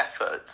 efforts